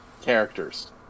characters